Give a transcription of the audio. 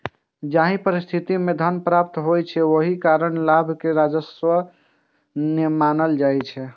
जाहि परिस्थिति मे धन प्राप्त होइ छै, ओहि कारण लाभ कें राजस्व नै मानल जाइ छै